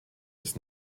des